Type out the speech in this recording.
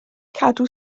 cadw